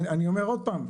אני אומר עוד פעם,